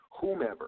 whomever